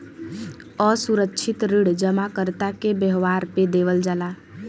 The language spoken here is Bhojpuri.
असुरक्षित ऋण जमाकर्ता के व्यवहार पे देवल जाला